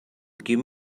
give